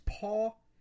Paul